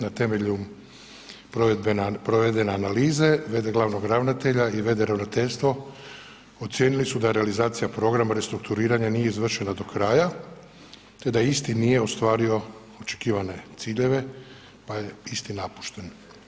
Na temelju provedene analize v.d. glavnog ravnatelja i v.d. ravnateljstvo ocijenili su da realizacija programa restrukturiranja nije izvršena do kraja te da isti nije ostvario očekivane ciljeve pa je isti napušten.